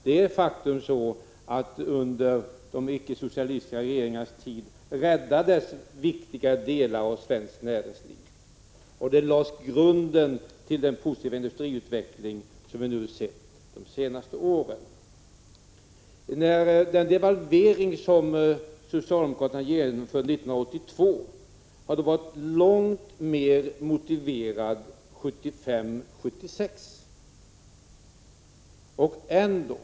Det är faktiskt så att under de icke socialistiska regeringarnas tid räddades viktiga delar av svenskt näringsliv och lades grunden till den positiva industriutveckling som vi sett de senaste åren. Den devalvering som socialdemokraterna genomförde 1982 hade varit långt mer motiverad 1975-1976.